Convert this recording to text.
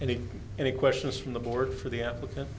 if any questions from the board for the applicant